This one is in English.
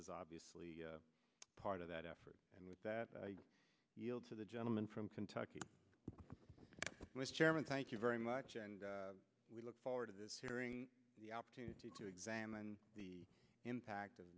is obviously part of that effort and with that yield to the gentleman from kentucky mr chairman thank you very much and we look forward to this hearing the opportunity to examine the impact of